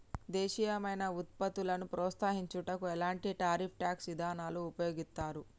దేశీయమైన వృత్పత్తులను ప్రోత్సహించుటకు ఎలాంటి టారిఫ్ ట్యాక్స్ ఇదానాలు ఉపయోగిత్తారు